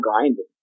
grinding